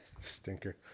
Stinker